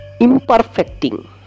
imperfecting